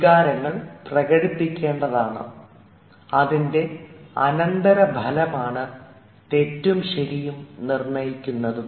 വികാരം പ്രകടിപ്പിക്കേണ്ടതാണ് അതിൻറെ അനന്തരഫലമാണ് തെറ്റും ശരിയും നിർണയിക്കുന്നതും